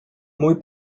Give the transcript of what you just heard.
muy